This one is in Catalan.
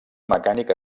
mecànic